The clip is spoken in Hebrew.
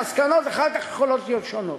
המסקנות אחר כך יכולות להיות שונות.